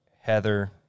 Heather